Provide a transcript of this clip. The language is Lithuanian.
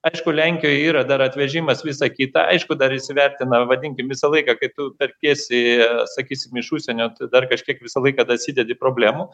aišku lenkijoj yra dar atvežimas visa kita aišku dar įsivertina vadinkim visą laiką kai tu perkiesi sakysim iš užsienio tai dar kažkiek visą laiką dasidedi problemų